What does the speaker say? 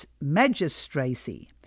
Magistracy